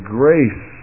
grace